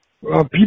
people